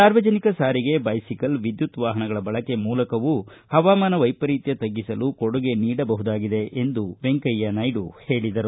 ಸಾರ್ವಜನಿಕ ಸಾರಿಗೆ ಬೈಸಿಕಲ್ ವಿದ್ಯುತ್ ವಾಹನಗಳ ಬಳಕೆಯ ಮೂಲಕವೂ ಹವಾಮಾನ ವೈಪರೀತ್ಯ ತಗ್ಗಿಸಲು ಕೊಡುಗೆ ನೀಡಬಹುದಾಗಿದೆ ಎಂದರು